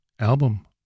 album